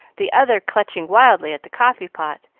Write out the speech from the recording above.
the other clutching wildly at the coffee-pot,